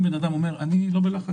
אם בן אדם אומר: אני לא בלחץ,